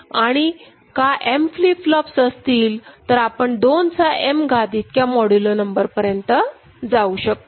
आणि का m flip flops असतील तर आपण दोनचा m घात इतक्या मॉड्यूलो नंबर पर्यंत जाऊ शकतो